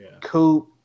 Coop